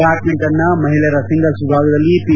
ಬ್ಲಾಡ್ಡಿಂಟನ್ನ ಮಹಿಳೆಯರ ಸಿಂಗಲ್ಸ್ ವಿಭಾಗದಲ್ಲಿ ಪಿ